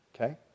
okay